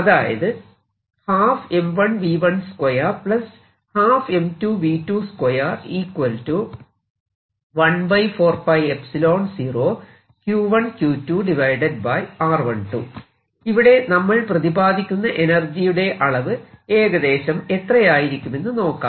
അതായത് ഇവിടെ നമ്മൾ പ്രതിപാദിക്കുന്ന എനർജിയുടെ അളവ് ഏകദേശം എത്രയായിരിക്കുമെന്ന് നോക്കാം